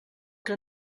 que